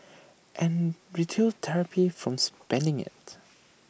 and retail therapy from spending IT